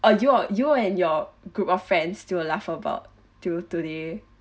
uh you or you and your group of friends still laugh about till today